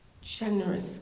generous